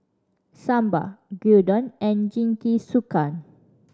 Sambar Gyudon and Jingisukan